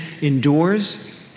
endures